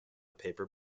paper